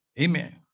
Amen